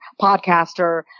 podcaster